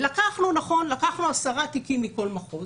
לקחנו כמדגם 10 תיקי סנגוריה מכל מחוז